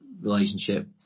relationship